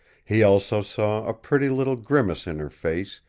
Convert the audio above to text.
he also saw a pretty little grimace in her face,